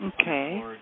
Okay